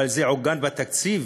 אבל זה עוגן בתקציב,